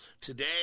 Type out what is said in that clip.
today